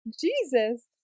Jesus